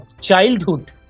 childhood